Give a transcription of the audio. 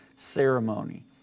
Ceremony